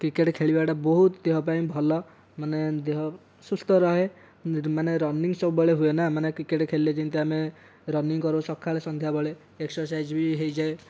cricket ଖେଳିବାଟା ବହୁତ ଦେହ ପାଇଁ ଭଲ ମାନେ ଦେହ ସୁସ୍ଥ ରହେ ମାନେ ରନିଙ୍ଗ ସବୁବେଳେ ହୁଏ ନା ମାନେ କ୍ରିକେଟ ଖେଳିଲେ ଯେମିତି ଆମେ ରନିଙ୍ଗ କରୁ ସକାଳେ ସନ୍ଧ୍ୟାବେଳେ ଏକ୍ସରସାଇଜ ବି ହୋଇଯାଏ